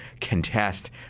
contest